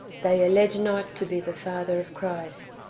they allege not to be the father of christ.